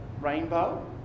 rainbow